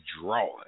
drawing